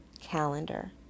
calendar